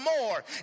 more